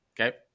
okay